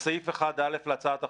בסעיף 1א להצעת החוק,